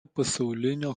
pasaulinio